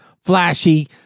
flashy